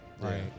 Right